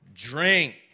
drink